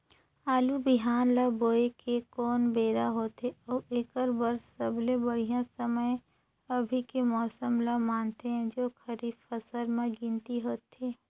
आलू बिहान ल बोये के कोन बेरा होथे अउ एकर बर सबले बढ़िया समय अभी के मौसम ल मानथें जो खरीफ फसल म गिनती होथै?